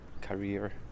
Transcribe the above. career